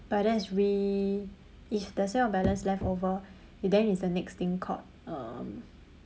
but that is re~ it's the sales of balance leftover then it's the next thing called um